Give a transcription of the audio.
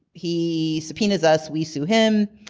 he subpoenas us, we sue him.